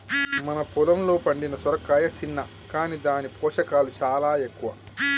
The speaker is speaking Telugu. మన పొలంలో పండిన సొరకాయ సిన్న కాని దాని పోషకాలు సాలా ఎక్కువ